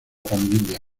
pandilla